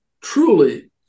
truly